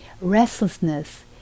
Restlessness